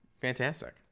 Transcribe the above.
Fantastic